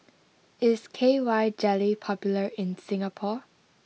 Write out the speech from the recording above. is K Y Jelly popular in Singapore